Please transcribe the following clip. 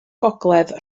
gogledd